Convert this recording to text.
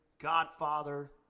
Godfather